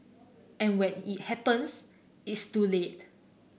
and when it happens it's too late